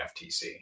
FTC